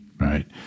right